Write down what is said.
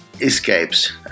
escapes